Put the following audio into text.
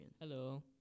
Hello